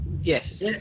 yes